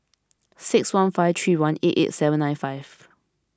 six one five three one eight eight seven nine five